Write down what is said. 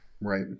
Right